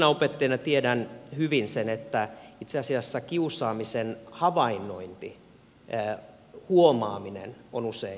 entisenä opettajana tiedän hyvin sen että itse asiassa kiusaamisen havainnointi huomaaminen on usein hyvin vaikeaa